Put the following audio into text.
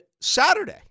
Saturday